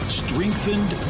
strengthened